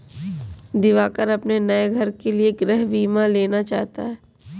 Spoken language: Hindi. दिवाकर अपने नए घर के लिए गृह बीमा लेना चाहता है